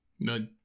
No